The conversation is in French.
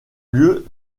lieu